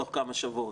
תוך כמה שבועות,